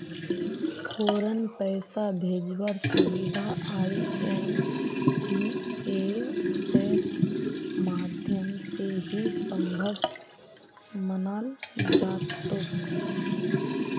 फौरन पैसा भेजवार सुबिधा आईएमपीएसेर माध्यम से ही सम्भब मनाल जातोक